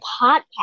podcast